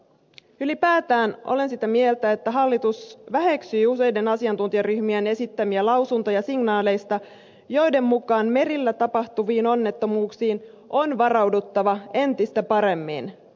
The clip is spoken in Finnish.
ylipäätään olen sitä mieltä että hallitus väheksyy useiden asiantuntijaryhmien esittämiä lausuntoja signaaleista joiden mukaan merillä tapahtuviin onnettomuuksiin on varauduttava entistä paremmin